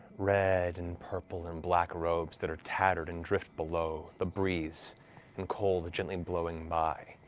red and purple and black robes that are tattered and drift below the breeze and cold gently blowing by.